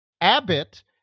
Abbott